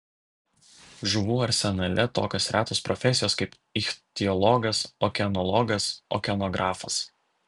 žuvų arsenale tokios retos profesijos kaip ichtiologas okeanologas okeanografas